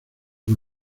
con